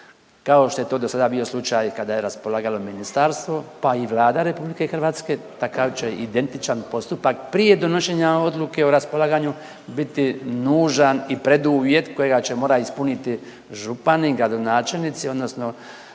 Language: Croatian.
Kao što je to do sada bio slučaj kada je raspolagalo ministarstvo pa i Vlada RH takav će identičan postupak, prije donošenja odluke o raspolaganju biti nužan i preduvjet kojega će morati ispuniti župani, gradonačelnici odnosno